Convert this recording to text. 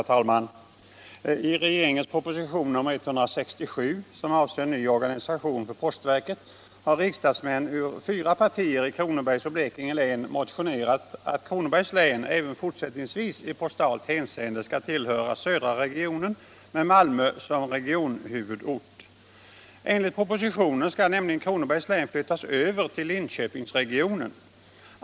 Herr talman! I regeringens proposition nr 167, som avser ny organisation för postverket, har riksdagsmän ur fyra partier i Kronobergs och Blekinge län motionerat om att Kronobergs län även fortsättningsvis i postalt hänseende skall tillhöra södra regionen med Malmö som regionhuvudort. Enligt propositionen skall nämligen Kronobergs län flyttas över till Linköpingsregionen.